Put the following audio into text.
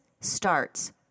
starts